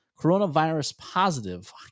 coronavirus-positive